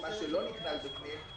מה שלא נכלל בפנים,